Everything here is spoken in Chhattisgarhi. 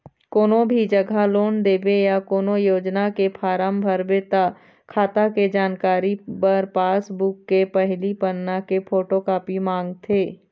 कोनो भी जघा लोन लेबे या कोनो योजना के फारम भरबे त खाता के जानकारी बर पासबूक के पहिली पन्ना के फोटोकापी मांगथे